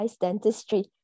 dentistry